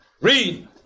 read